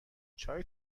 چای